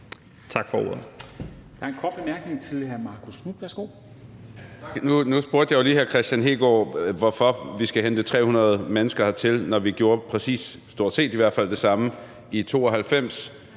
Tak for ordet.